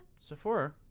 Sephora